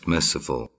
Merciful